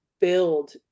build